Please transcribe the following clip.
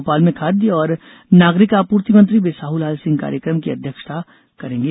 भोपाल में खाद्य और नागरिक आपूर्ति मंत्री बिसाहूलाल सिंह कार्यक्रम की अध्यक्षता करेंगे